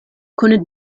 kun